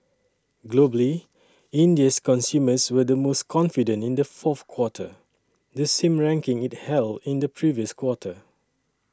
globally India's consumers were the most confident in the fourth quarter the same ranking it held in the previous quarter